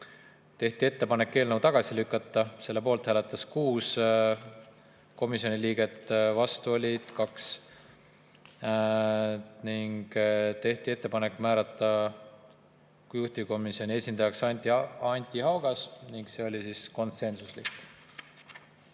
Tehti ettepanek eelnõu tagasi lükata, selle poolt hääletas 6 komisjoni liiget, vastu oli 2. Ning tehti ettepanek määrata juhtivkomisjoni esindajaks Anti Haugas, see otsus oli konsensuslik.